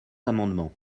amendements